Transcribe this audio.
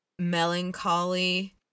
Melancholy